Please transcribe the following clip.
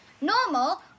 Normal